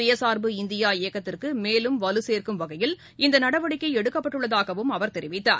சுயசார்பு இந்தியா இயக்கத்திற்கு மேலும் வலுசே்க்கும் வகையில் இந்த நடவடிக்கை எடுக்கப்பட்டுள்ளதாகவும் அவர் தெரிவித்தார்